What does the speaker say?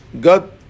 God